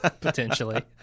potentially